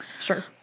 Sure